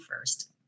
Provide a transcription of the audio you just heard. first